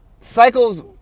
cycles